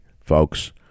folks